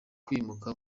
kwimuka